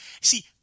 See